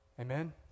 Amen